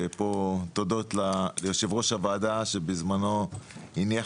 ופה תודות ליושב ראש הוועדה שבזמנו הניח